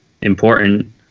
important